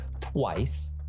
twice